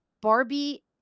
Barbie